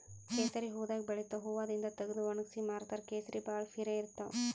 ಕೇಸರಿ ಹೂವಾದಾಗ್ ಬೆಳಿತಾವ್ ಹೂವಾದಿಂದ್ ತಗದು ವಣಗ್ಸಿ ಮಾರ್ತಾರ್ ಕೇಸರಿ ಭಾಳ್ ಪಿರೆ ಇರ್ತವ್